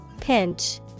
Pinch